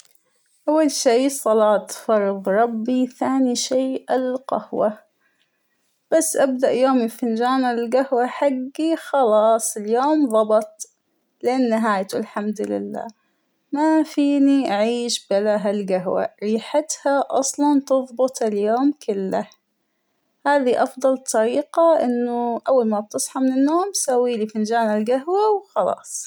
أول شى الصلاة فرض ربى ، ثانى شى القهوة ، بس أبدأ يومى بفنجان الجهوة حجى خلاص اليوم ظبط لنهايته الحمد لله ، ما فينى أعيش بلا هاى القهوة ريحتها أصلاً تظبط اليوم كله ، هذى أفضل طريقة ، إنه أول ما بتصحى من النوم بساويلى فنجان الجهوة وخلاص.